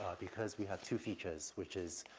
because we have two features which is,